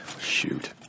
shoot